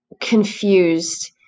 confused